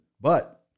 But-